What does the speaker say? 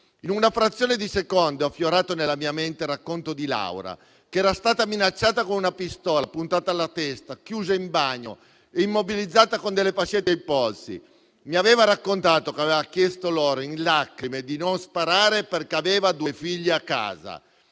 In una frazione di secondo è affiorato nella mia mente il racconto di Laura, che era stata minacciata con una pistola puntata alla testa, chiusa in bagno e immobilizzata con delle fascette ai polsi. Mi aveva raccontato che aveva chiesto loro in lacrime di non sparare perché aveva due figli a casa.